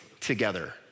together